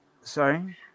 Sorry